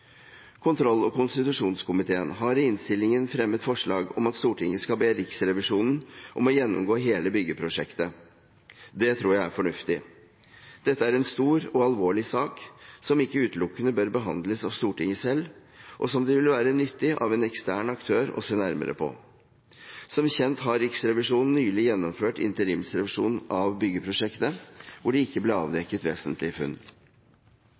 Kontroll- og konstitusjonskomiteen har i innstillingen fremmet forslag om at Stortinget skal be Riksrevisjonen om å gjennomgå hele byggeprosjektet. Det tror jeg er fornuftig. Dette er en stor og alvorlig sak som ikke utelukkende bør behandles av Stortinget selv, og som det vil være nyttig at en ekstern aktør ser nærmere på. Som kjent har Riksrevisjonen nylig gjennomført interimsrevisjon av byggeprosjektet, hvor det ikke ble avdekket vesentlige funn.